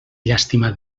llàstima